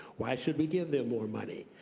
why should we give them more money?